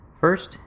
First